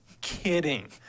kidding